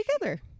together